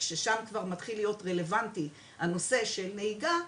ששם כבר מתחיל להיות רלבנטי הנושא של נהיגה,